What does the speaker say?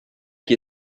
qui